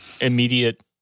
Immediate